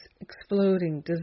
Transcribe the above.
exploding